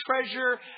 treasure